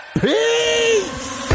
Peace